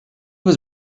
was